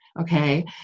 okay